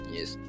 Yes